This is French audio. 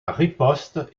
riposte